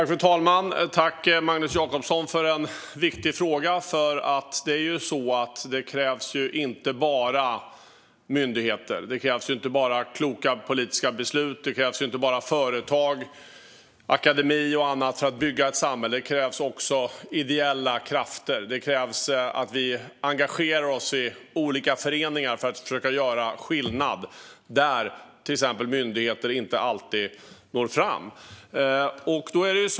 Fru talman! Tack, Magnus Jacobsson, för en viktig fråga! Det krävs ju inte bara myndigheter, kloka politiska beslut, företag, akademi och annat för att bygga ett samhälle, utan det krävs också ideella krafter. Det krävs att vi engagerar oss i olika föreningar för att försöka göra skillnad där till exempel myndigheter inte alltid når fram.